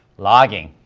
logging.